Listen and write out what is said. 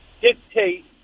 dictate